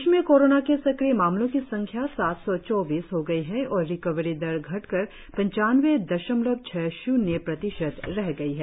प्रदेश में कोरोना के सक्रिय मामलों की संख्या सात सौ चौबीस हो गई है और रिकवरी दर घटकर पंचानबे दशमलव छह शून्य प्रतिशत रह गई है